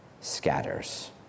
scatters